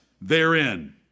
therein